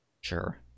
Sure